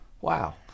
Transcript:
Wow